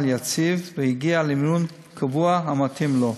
יציב והגיע למינון קבוע המתאים לו.